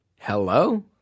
Hello